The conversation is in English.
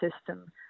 system